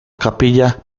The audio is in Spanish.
capilla